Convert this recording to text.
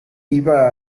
iba